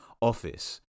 office